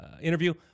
interview